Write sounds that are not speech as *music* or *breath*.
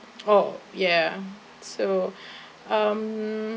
oh ya so *breath* um